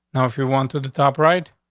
now, if you want to the top, right,